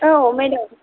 औ मेदाम